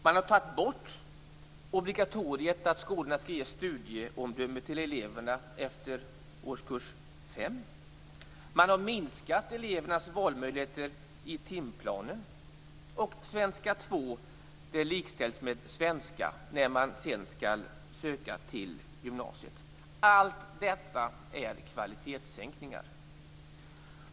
Man har tagit bort obligatoriet att skolorna skall ge studieomdöme till eleverna efter årskurs 5. Man har minskat elevernas valmöjligheter i timplanen. Svenska 2 likställs med svenska när man skall söka till gymnasiet. Allt detta är kvalitetssänkningar.